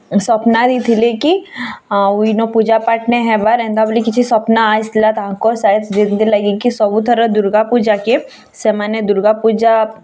ସ୍ୱପ୍ନା ଦେଇଥିଲେ କି ଆଉ ଇନ୍ ପୂଜା ପାଠ ନାଇଁ ହେବାର୍ ଏନ୍ତା ବୋଲି କିଛି ସ୍ୱପ୍ନ ଆସିଥିଲା ତାଙ୍କର୍ ଯେମିତି ଲାଗି କି ସବୁଥର୍ ଦୁର୍ଗା ପୂଜାକେ ସେମାନେ ଦୁର୍ଗା ପୂଜା